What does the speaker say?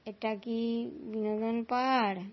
এটা কি বিনোদন পার্ক